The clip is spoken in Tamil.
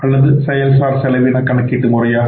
அல்லது செயல் சார் செலவின கணக்கீட்டு முறையா